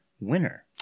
winner